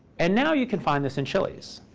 and now you can find this in chili's.